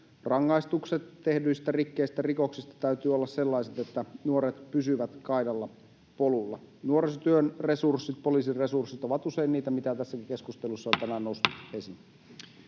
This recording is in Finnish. rangaistusten tehdyistä rikkeistä ja rikoksista täytyy olla sellaiset, että nuoret pysyvät kaidalla polulla. Nuorisotyön resurssit, poliisin resurssit ovat usein niitä, mitä tässäkin keskustelussa on [Puhemies